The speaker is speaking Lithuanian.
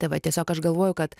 tai va tiesiog aš galvoju kad